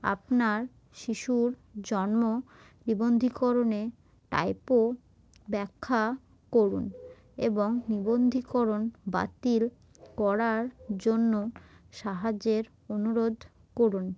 আপনার শিশুর জন্ম নিবন্ধীকরণে টাইপো ব্যাখ্যা করুন এবং নিবন্ধীকরণ বাতিল করার জন্য সাহায্যের অনুরোধ করুন